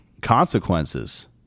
consequences